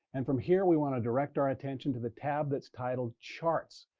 and from here, we want to direct our attention to the tab that's titled charts.